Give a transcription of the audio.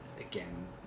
Again